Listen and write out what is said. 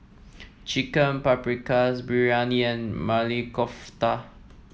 Chicken Paprikas Biryani and Maili Kofta